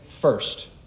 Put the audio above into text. first